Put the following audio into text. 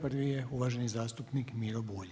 Prvi je uvaženi zastupnik Miro Bulj.